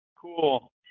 Cool